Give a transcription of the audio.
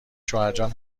شوهرجان